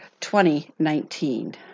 2019